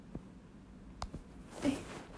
真的厚脸皮 sia